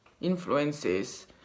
influences